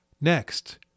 Next